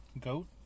Goat